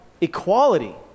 equality